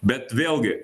bet vėlgi